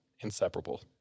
inseparable